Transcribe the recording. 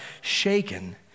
shaken